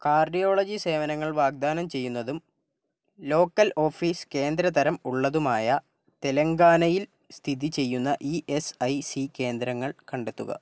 cardiology സേവനങ്ങൾ വാഗ്ദാനം ചെയ്യുന്നതും ലോക്കൽ ഓഫീസ് കേന്ദ്രതരം ഉള്ളതുമായ തെലങ്കാനയിൽ സ്ഥിതി ചെയ്യുന്ന ഇ എസ് ഐ സി കേന്ദ്രങ്ങൾ കണ്ടെത്തുക